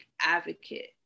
advocate